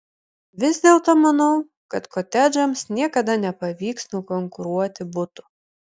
vis dėlto manau kad kotedžams niekada nepavyks nukonkuruoti butų